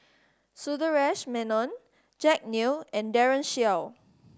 Sundaresh Menon Jack Neo and Daren Shiau